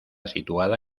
situada